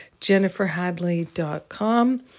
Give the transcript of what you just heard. jenniferhadley.com